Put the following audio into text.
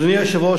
אדוני היושב-ראש,